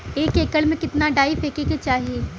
एक एकड़ में कितना डाई फेके के चाही?